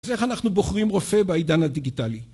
אז איך אנחנו בוחרים רופא בעידן הדיגיטלי?